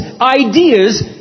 ideas